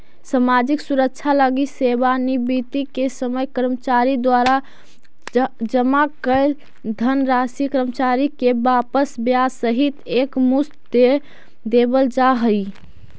सामाजिक सुरक्षा लगी सेवानिवृत्ति के समय कर्मचारी द्वारा जमा कैल धनराशि कर्मचारी के वापस ब्याज सहित एक मुश्त दे देवल जाहई